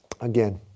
Again